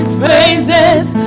praises